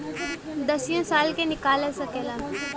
दसियो साल के निकाल सकेला